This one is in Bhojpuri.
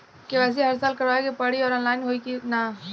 के.वाइ.सी हर साल करवावे के पड़ी और ऑनलाइन होई की ना?